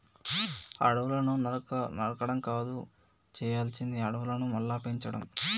అడవులను నరకడం కాదు చేయాల్సింది అడవులను మళ్ళీ పెంచడం